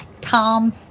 Tom